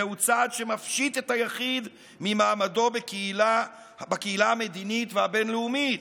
זהו צעד שמפשיט את היחיד ממעמדו בקהילה המדינית והבין-לאומית.